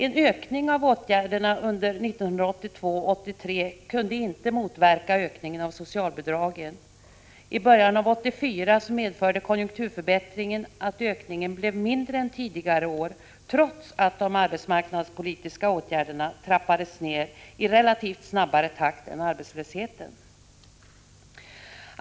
En ökning av dessa åtgärder under 1982 och 1983 kunde inte motverka ökningen av socialbidragen. I början av 1984 medförde konjunkturförbättringen att ökningen blev mindre än tidigare år, trots att de arbetsmarknadspolitiska åtgärderna trappades ned i relativt sett snabbare takt än arbetslösheten.